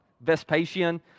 Vespasian